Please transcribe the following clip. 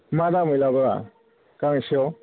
मा दामै लाबोआ गांसेयाव